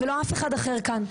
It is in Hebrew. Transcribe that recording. ולא אף אחד אחר כאן.